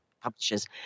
publishers